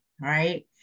right